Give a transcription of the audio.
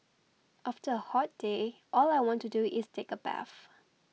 after a hot day all I want to do is take a bath